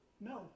No